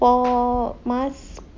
for mars